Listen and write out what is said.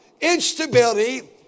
Instability